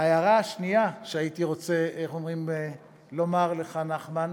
ההערה השנייה שהייתי רוצה לומר לך, נחמן,